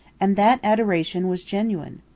and that adoration was genuine.